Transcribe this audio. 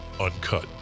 uncut